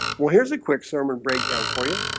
well, here's a quick sermon breakdown for you.